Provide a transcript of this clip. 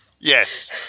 Yes